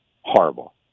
Horrible